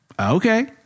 Okay